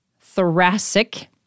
thoracic